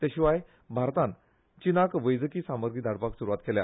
ते शिवाय भारतान चीनाक वैजकी सामग्री धाडपाक सुरवात केल्या